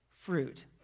fruit